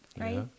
right